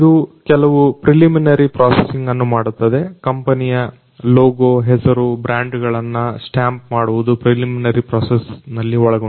ಇದು ಕೆಲವು preliminary processing ಅನ್ನು ಮಾಡುತ್ತದೆ ಕಂಪನಿಯ ಲೋಗೋ ಹೆಸರು ಬ್ರಾಂಡ್ ಗಳನ್ನ ಸ್ಟ್ಯಾಂಪ್ ಮಾಡುವುದು ಪ್ರಿಲಿಮಿನರಿ ಪ್ರಾಸೆಸಿಂಗ್ ನಲ್ಲಿ ಒಳಗೊಂಡಿದೆ